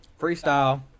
Freestyle